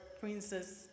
Princess